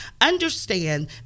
understand